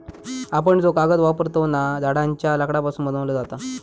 आपण जो कागद वापरतव ना, झाडांच्या लाकडापासून बनवलो जाता